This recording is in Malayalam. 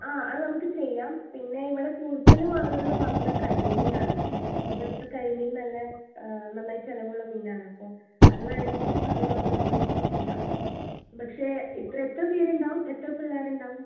ആ അത് നമുക്ക് ചെയ്യാം പിന്നെ ഇവിടെ കൂടുതലും ആളുകൾ വാങ്ങുന്നത് കരിമീനാണ് ഇവിടത്തെ കരിമീൻ നല്ല നന്നായി ചിലവുള്ള മീനാണ് അപ്പോൾ അത് വേണമെങ്കിൽ അതും നമ്മൾ ഒരു ദിവസം ചെയ്യാം പക്ഷെ ഇപ്പോൾ എത്ര പേരുണ്ടാവും എത്ര പിള്ളേരുണ്ടാവും